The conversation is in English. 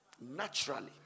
Naturally